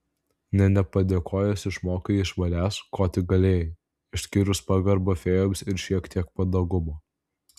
nė nepadėkojęs išmokai iš manęs ko tik galėjai išskyrus pagarbą fėjoms ir šiek tiek mandagumo